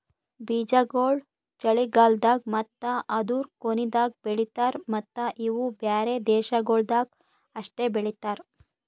ಬೀಜಾಗೋಳ್ ಚಳಿಗಾಲ್ದಾಗ್ ಮತ್ತ ಅದೂರು ಕೊನಿದಾಗ್ ಬೆಳಿತಾರ್ ಮತ್ತ ಇವು ಬ್ಯಾರೆ ದೇಶಗೊಳ್ದಾಗ್ ಅಷ್ಟೆ ಬೆಳಿತಾರ್